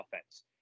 offense